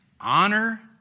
honor